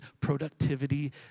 productivity